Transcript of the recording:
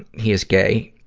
he is gay,